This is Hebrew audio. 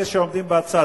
אלה שעומדים בצד,